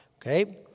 okay